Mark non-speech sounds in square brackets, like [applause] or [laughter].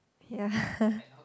ya [noise]